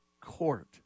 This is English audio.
Court